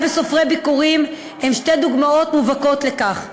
בסופרי ביכורים הן שתי דוגמאות מובהקות לכך.